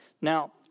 Now